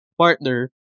partner